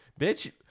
bitch